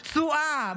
פצועה,